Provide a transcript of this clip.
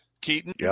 Keaton